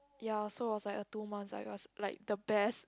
ya so it was like a two months it was like the best